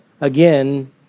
Again